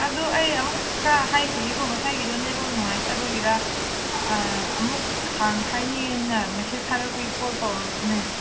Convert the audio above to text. ꯑꯗꯨ ꯑꯩ ꯑꯃꯨꯛ ꯈꯔ ꯍꯥꯏꯈꯤꯒꯦꯀꯣ ꯉꯁꯥꯏꯒꯤꯗꯨ ꯅꯦꯠꯋꯥꯛ ꯅꯨꯡꯉꯥꯏꯇꯕꯒꯤꯔꯥ ꯑꯃꯨꯛ ꯍꯥꯏꯅꯤꯡꯉꯦꯅ ꯃꯦꯁꯦꯖ ꯊꯥꯔꯛꯄꯒꯤ ꯀꯣꯜ ꯇꯧꯔꯛꯄꯅꯦ